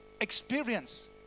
experience